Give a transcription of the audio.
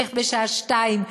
איך בשעה 14:00,